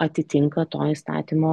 atitinka to įstatymo